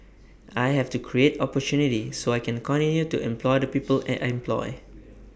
I have to create opportunity so I can continue to employ the people I employ